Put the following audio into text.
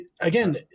again